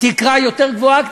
תקרה יותר גבוהה,